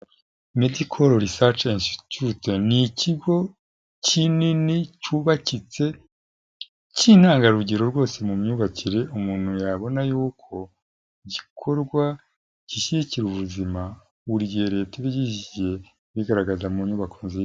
Merdical research insititute ni ikigo kinini cyubakitse cy'intangarugero rwose mu myubakire umuntu yabona y'uko igikorwa gishyigikira ubuzima buri gihe leta yagiye bigaragara mu nyubako nziza.